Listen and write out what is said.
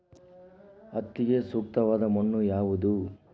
ಹತ್ತಿಗೆ ಸೂಕ್ತವಾದ ಮಣ್ಣು ಯಾವುದು?